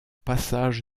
passage